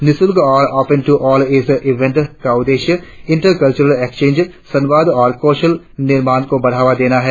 निशूल्क और open to all इस event का उद्देश्य इंटर कल्वरल एक्सचेंज संवाद और कौशन निर्माण को बढ़ावा देना है